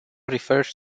refers